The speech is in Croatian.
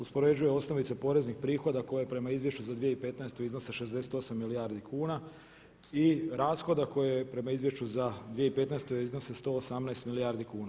Uspoređuje osnovice poreznih prihoda koje prema izvješću za 2015. iznose 68 milijardi kuna i rashode koje je prema izvješću za 2015. iznose 118 milijardi kuna.